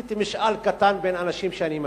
עשיתי משאל קטן בין אנשים שאני מכיר,